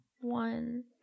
One